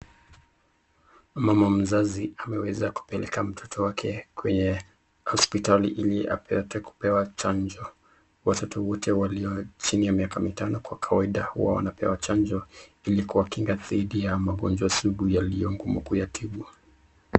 Mama mzazi ameweza kupeleka mtoto wake kwenye hospitali hili apate kupewa chanjo, watoto waliyo chini ya miaka mitano kwa kawaida huwa wanapewa chanjo hili kuwakinga saidi ya ugonjwa ngumu kuyatibu.